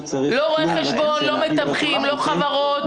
לא רואי חשבון, לא מתווכים, לא חברות,